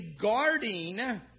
guarding